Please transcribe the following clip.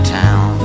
town